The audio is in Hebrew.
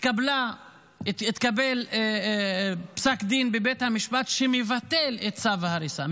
התקבל פסק דין בבית המשפט שמבטל את צו ההריסה,